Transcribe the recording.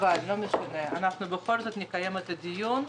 לא משנה, בכל זאת נוכל לקיים את הדיון.